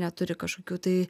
neturi kažkokių tai